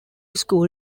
school